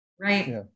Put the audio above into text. right